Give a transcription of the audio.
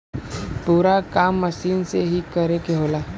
पूरा काम मसीन से ही करे के होला